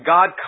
God